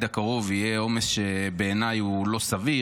הקרוב יהיה עומס שבעיניי הוא לא סביר,